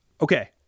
Okay